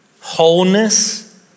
wholeness